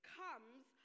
comes